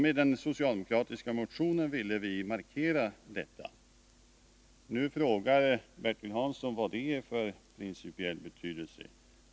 Med den socialdemokratiska motionen ville vi markera detta. Nu frågar Bertil Hansson vad det är för principiell betydelse.